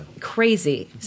Crazy